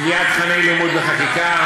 לקביעת תוכני לימוד בחקיקה,